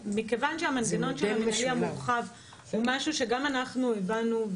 מכיוון שגם אנחנו הבנו שהמנגנון של המינהלי